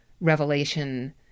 revelation